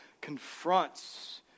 confronts